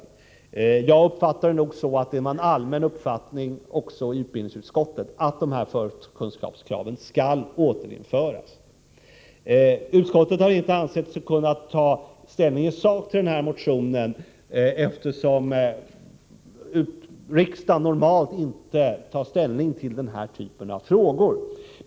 Som jag uppfattade saken var det en allmän uppfattning också i utbildningsutskottet att dessa förkunskapskrav skall återinföras. Utskottet har inte ansett sig kunna ta ställning i sak till den här motionen, eftersom riksdagen normalt inte tar ställning till den här typen av frågor.